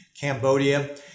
Cambodia